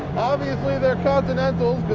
obviously they're continentals